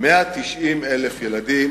190,000 ילדים